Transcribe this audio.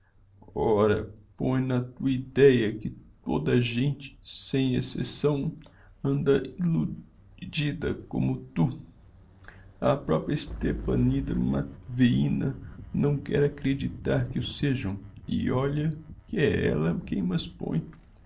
ora põe na tua ideia que toda a gente sem excepção anda ill udida como tu a propria stepanida matveina não quer acreditar que o sejam e olha que é ella quem m'as põe